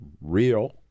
real